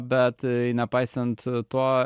bet nepaisant to